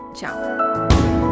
ciao